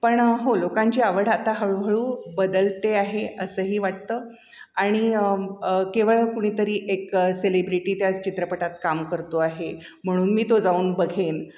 पण हो लोकांची आवड आता हळूहळू बदलते आहे असंही वाटतं आणि केवळ कुणीतरी एक सेलिब्रिटी त्याच चित्रपटात काम करतो आहे म्हणून मी तो जाऊन बघेन